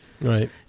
right